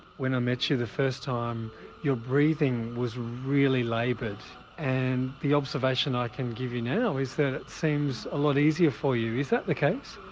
when i met you the first time your breathing was really laboured and the observation i can give you now is that it seems a lot easier for you. is that the case?